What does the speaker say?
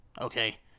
okay